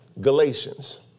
Galatians